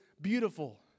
beautiful